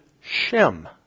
Shem